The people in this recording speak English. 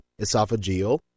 esophageal